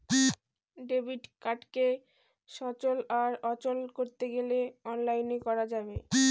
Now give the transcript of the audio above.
debit কার্ডকে সচল আর অচল করতে গেলে অনলাইনে করা যাবে